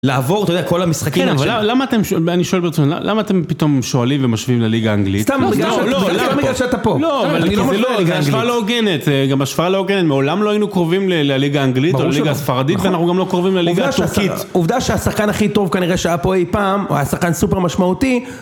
לעבור, אתה יודע, כל המשחקים האנשיים. כן, אבל למה אתם, אני שואל ברצוני, למה אתם פתאום שואלים ומשווים לליגה האנגלית? סתם בגלל שאתה פה. לא, אבל זה לא, השפעה לא הוגנת. גם השוואה לא הוגנת. מעולם לא היינו קרובים לליגה האנגלית או לליגה הספרדית, ואנחנו גם לא קרובים לליגה הטורקית. עובדה שהשחקן הכי טוב כנראה שהיה פה אי פעם, או השחקן סופר משמעותי,